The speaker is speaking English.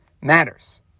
matters